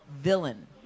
villain